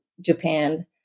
Japan